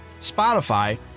Spotify